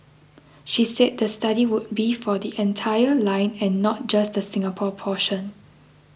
she said the study would be for the entire line and not just the Singapore portion